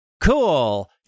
Cool